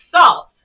salt